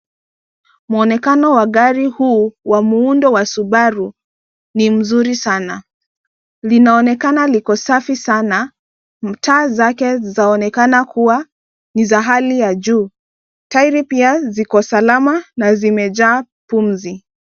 Mwonekano wa gari huu wa muundo wa Subaru ni mzuri sana, linaonekana liko safi sana. Taa zake zinaonekana kua ni za hali ya juu, tairi pia ziko salama na zimejaa pumzi.